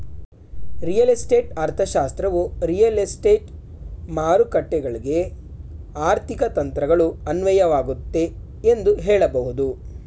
real estate ಅರ್ಥಶಾಸ್ತ್ರವು real estate ಮಾರುಕಟ್ಟೆಗಳ್ಗೆ ಆರ್ಥಿಕ ತಂತ್ರಗಳು ಅನ್ವಯವಾಗುತ್ತೆ ಎಂದು ಹೇಳಬಹುದು